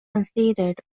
considered